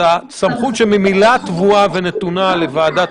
שזו הסמכות שממילא נתונה וקבועה לוועדת